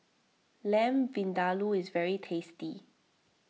Lamb Vindaloo is very tasty